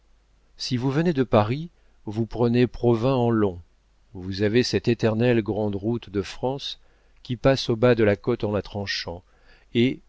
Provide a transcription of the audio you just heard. si vous venez de paris vous prenez provins en long vous avez cette éternelle grande route de france qui passe au bas de la côte en la tranchant et